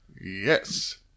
yes